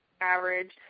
average